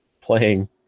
playing